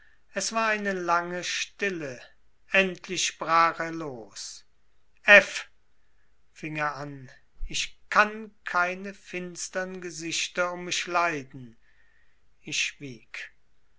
es war eine lange stille endlich brach er los f fing er an ich kann keine finstern gesichter um mich leiden ich